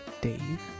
Dave